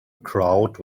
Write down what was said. crowd